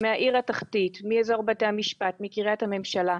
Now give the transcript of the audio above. מהעיר התחתית, מאזור בתי המשפט, מקריית הממשלה.